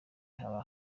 haba